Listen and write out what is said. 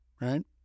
right